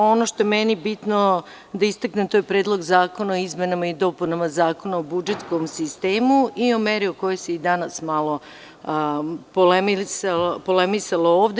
Ono što je meni bitno da istaknem to je Predlog zakona o izmenama i dopunama Zakona o budžetskom sistemu i o meri o kojoj se i danas malo polemisalo ovde.